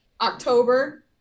October